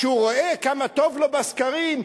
כשהוא רואה כמה טוב לו בסקרים,